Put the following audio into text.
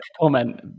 comment